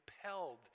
compelled